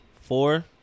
Four